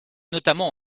notamment